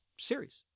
series